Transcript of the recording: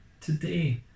Today